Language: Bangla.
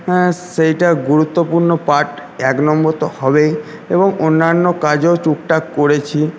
হ্যাঁ সেইটা গুরুত্বপূর্ণ পার্ট এক নম্বর তো হবেই এবং অন্যান্য কাজও টুক টাক করেছি